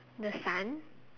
the sun